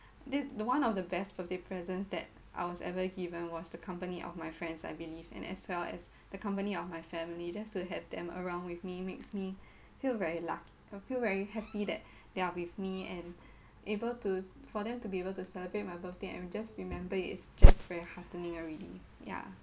this the one of the best birthday present that I was ever given was the company of my friends I believe and as well as the company of my family just to have them around with me makes me feel very luck~ I feel very happy that they are with me and able to for them to be able to celebrate my birthday and just remember it is just very heartening already ya